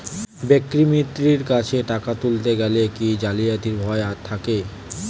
ব্যাঙ্কিমিত্র কাছে টাকা তুলতে গেলে কি জালিয়াতির ভয় থাকে?